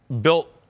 built